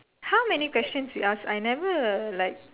how many questions you ask I never like